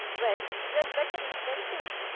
well, you and better eat them quick.